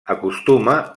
acostuma